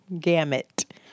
Gamut